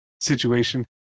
situation